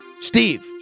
Steve